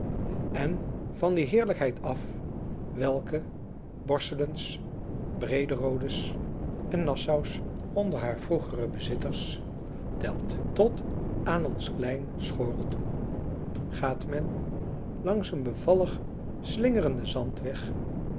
en van die heerlijkheid af welke borselens brederodes en nassaus onder hare vroegere bezitters telt tot aan ons klein schoorl toe gaat men langs een bevallig slingerenden zandweg